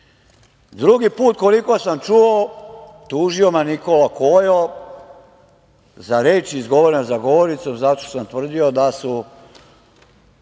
put, koliko sam čuo, tužio me Nikola Kojo za reči izgovorene za govornicom, zato što sam tvrdio da su